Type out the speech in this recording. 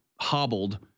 hobbled